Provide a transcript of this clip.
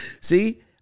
See